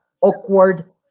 awkward